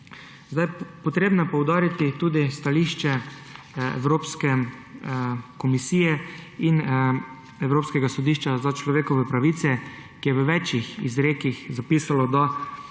Potrebno je poudariti tudi stališče Evropske komisije in Evropskega sodišča za človekove pravice, ki je v več izrekih zapisalo, da